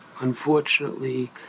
unfortunately